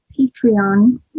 patreon